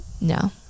no